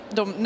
de